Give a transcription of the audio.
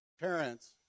parents